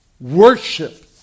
Worship